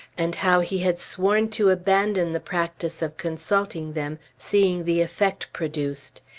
and how he had sworn to abandon the practice of consulting them, seeing the effect produced.